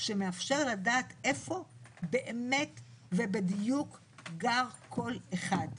שמאפשר לדעת איפה באמת ובדיוק גר כל אחד.